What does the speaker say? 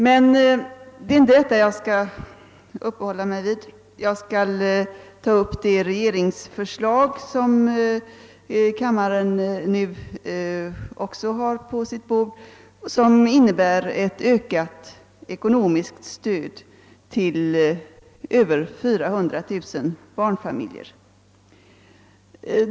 Jag skall emellertid inte uppehålla mig vid de sakerna utan skall i stället ta upp det regeringsförslag som nu ligger på kammarens bord och som innebär ett ökat ekonomiskt stöd till över 400 000 barnfamiljer.